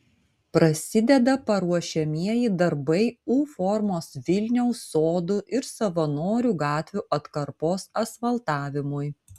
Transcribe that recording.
prasideda paruošiamieji darbai u formos vilniaus sodų ir savanorių gatvių atkarpos asfaltavimui